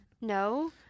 No